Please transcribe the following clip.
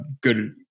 good